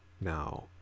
Now